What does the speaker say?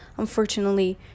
Unfortunately